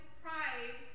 pride